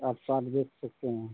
आप साठ दे सकते हैं